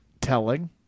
telling